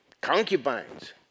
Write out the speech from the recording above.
concubines